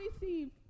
receive